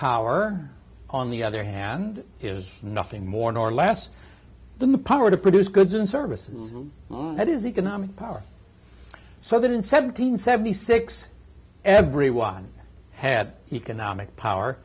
power on the other hand is nothing more nor less than the power to produce goods and services it is economic power so that in seventeen seventy six everyone had economic power